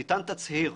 ניתן תצהיר